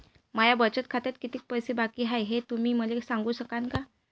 माया बचत खात्यात कितीक पैसे बाकी हाय, हे तुम्ही मले सांगू सकानं का?